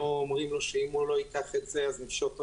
לא אומרים לו שאם הוא לא ייקח את זה אז נפשוט רגל.